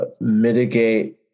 mitigate